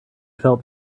felt